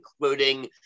including